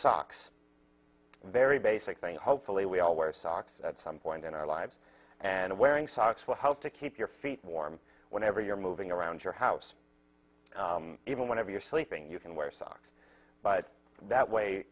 socks very basic thing hopefully we all wear socks at some point in our lives and wearing socks will help to keep your feet warm whenever you're moving around your house even whenever you're sleeping you can wear socks but that way